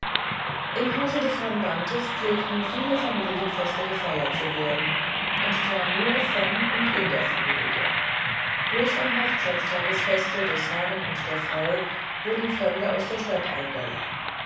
im hause des herrn bantes pflegten viele familienfeste gefeiert zu werden und zwar nur von und in der familie bloß am hochzeittagsfeste des herrn und der frau wurden fremde aus der stadt eingeladen